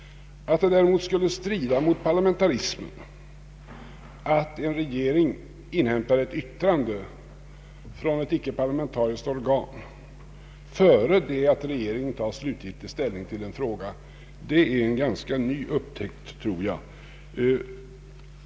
Att det däremot skulle strida mot parlamentarismen att en regering inhämtar ett yttrande från ett icke parlamentariskt organ innan regeringen tar slutgiltig ställning till en fråga, är en ganska ny upptäckt, tror jag.